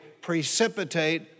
precipitate